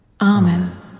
Amen